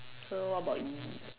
so what about you